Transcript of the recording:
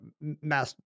mass